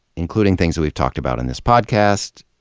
including things that we've talked about on this podcast,